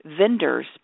vendors